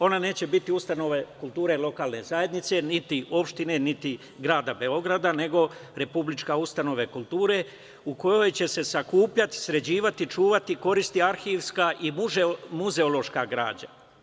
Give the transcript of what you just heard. Ona neće biti ustanova kulture lokalne zajednice, niti opštine, niti grada Beograda nego republička ustanova kulture, u kojoj će se sakupljati, sređivati, čuvati, koristiti arhivska i muzeološka građa.